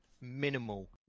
minimal